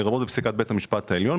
לרבות בפסיקת בית המשפט העליון.